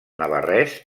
navarrès